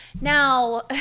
Now